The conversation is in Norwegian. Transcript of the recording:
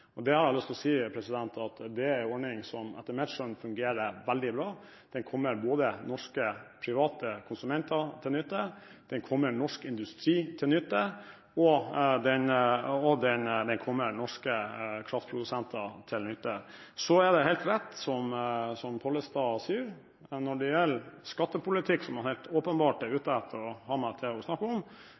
Det er en ordning som etter mitt skjønn fungerer veldig bra. Den kommer norske private konsumenter til nytte, den kommer norsk industri til nytte, og den kommer norske kraftprodusenter til nytte. Så er det helt rett som Pollestad sier, at når det gjelder skattepolitikk, som han helt åpenbart er ute etter å ha meg til å snakke om,